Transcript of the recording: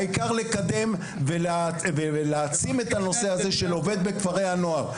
העיקר לקדם ולהעצים את הנושא הזה של העובד בכפרי הנוער.